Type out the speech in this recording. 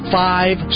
five